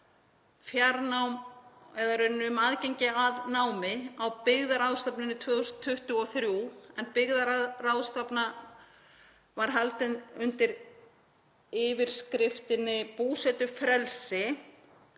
fjarnám eða í raun um aðgengi að námi á byggðaráðstefnunni 2023, en byggðaráðstefna var haldin undir yfirskriftinni Búsetufrelsi.